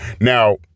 Now